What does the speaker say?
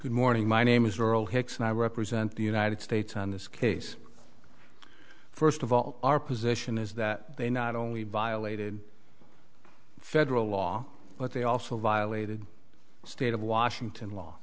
good morning my name is rural hicks and i represent the united states on this case first of all our position is that they not only violated federal law but they also violated state of washington law